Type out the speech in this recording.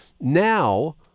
now